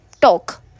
talk